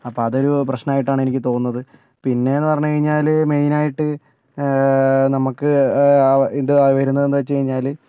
അപ്പോൾ അതൊരു പ്രശ്നമായിട്ടാണ് എനിക്ക് തോന്നുന്നത് പിന്നെന്ന് പറഞ്ഞുകഴിഞ്ഞാല് മെയിനായിട്ട് നമുക്ക് ഇത് വരുന്നതെന്ന് വച്ച് കഴിഞ്ഞാല്